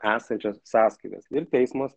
esančias sąskaitas ir teismas